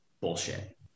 bullshit